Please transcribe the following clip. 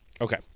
Okay